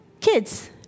Kids